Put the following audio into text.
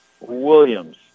Williams